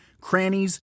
crannies